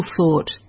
thought